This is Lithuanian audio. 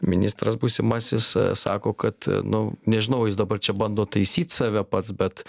ministras būsimasis sako kad nu nežinau jis dabar čia bando taisyt save pats bet